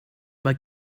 mae